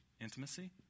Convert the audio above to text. intimacy